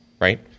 right